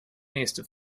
nächste